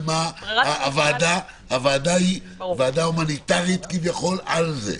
הוועדה היא ועדה הומניטרית כביכול על זה?